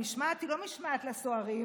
המשמעת היא לא משמעת לסוהרים,